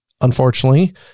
unfortunately